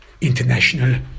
international